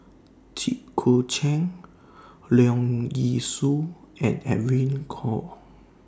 Jit Koon Ch'ng Leong Yee Soo and Edwin Koek